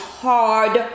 hard